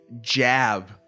jab